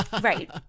Right